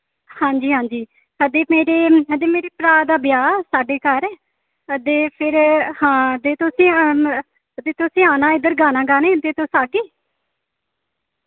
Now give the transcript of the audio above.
हांजी हांजी हां ते मेरे हां ते मेरे भ्रा दा ब्याह् साढे घर ते फिर हां ते तुसें ते तुसें आना इद्धर गाना गाने ते तुस आग्गे